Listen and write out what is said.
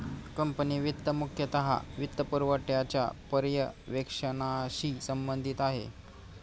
company वित्त मुख्यतः वित्तपुरवठ्याच्या पर्यवेक्षणाशी संबंधित आहे